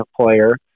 player